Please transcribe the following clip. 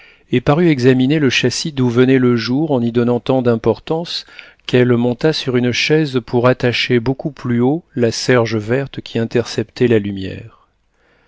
et parut examiner le châssis d'où venait le jour en y donnant tant d'importance qu'elle monta sur une chaise pour attacher beaucoup plus haut la serge verte qui interceptait la lumière